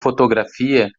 fotografia